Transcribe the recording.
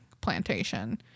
plantation